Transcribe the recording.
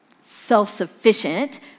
self-sufficient